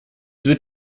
wird